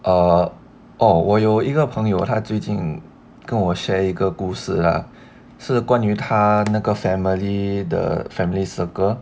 err 哦我有一个朋友他最近跟我 share 一个故事 lah 是关于他那个 family the family circle